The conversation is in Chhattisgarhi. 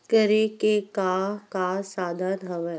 करे के का का साधन हवय?